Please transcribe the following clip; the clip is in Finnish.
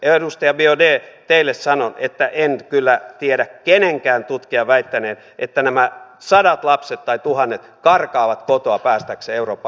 edustaja biaudet teille sanon että en kyllä tiedä kenenkään tutkijan väittäneen että nämä sadat tai tuhannet lapset karkaavat kotoa päästäkseen eurooppaan